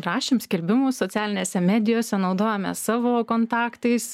rašėm skelbimus socialinėse medijose naudojomės savo kontaktais